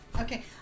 Okay